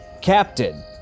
Captain